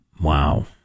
Wow